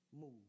move